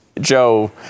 Joe